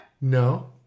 No